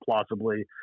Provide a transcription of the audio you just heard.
plausibly